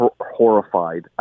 horrified